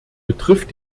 betrifft